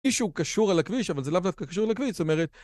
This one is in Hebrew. איזשהו קשור על הכביש, אבל זה לאו דווקא קשור לכביש, זאת אומרת...